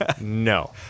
No